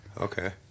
Okay